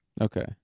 Okay